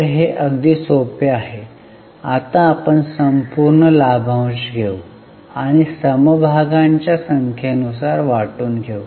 तर हे अगदी सोपे आहे आता आपण संपूर्ण लाभांश घेऊ आणि समभागांच्या संख्येनुसार वाटून घेऊ